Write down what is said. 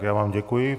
Já vám děkuji.